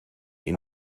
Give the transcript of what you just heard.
ihn